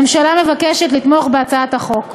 הממשלה מבקשת לתמוך בהצעת החוק,